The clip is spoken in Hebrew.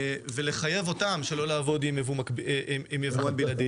ולחייב אותם שלא לעבוד עם יבואן בלעדי.